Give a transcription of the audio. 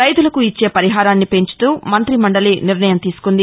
రైతులకు ఇచ్చే పరిహారాన్ని పెంచుతూ మంత్రిమండలి నిర్ణయం తీసుకుంది